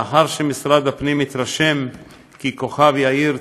לאחר שמשרד הפנים התרשם כי כוכב יאיר,